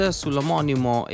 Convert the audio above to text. sull'omonimo